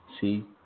See